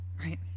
Right